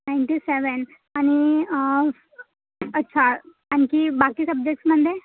ninety seven आणि अच्छा आणखी बाकी सब्जेक्ट्समध्ये